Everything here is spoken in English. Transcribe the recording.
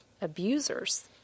abusers